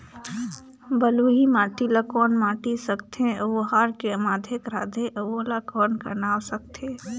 बलुही माटी ला कौन माटी सकथे अउ ओहार के माधेक राथे अउ ओला कौन का नाव सकथे?